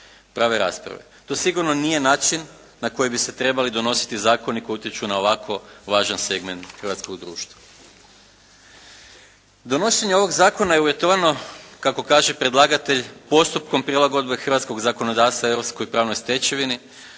To sigurno nije način na koji bi se trebali donositi zakon koji utječu na ovako važan segment hrvatskog društva. Donošenje ovog zakona je uvjetovano kako kaže predlagatelj, postupkom prilagodbe hrvatskog zakonodavstva europskoj pravnoj stečevini